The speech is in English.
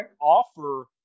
offer